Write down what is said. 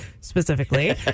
specifically